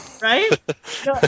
Right